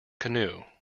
canoe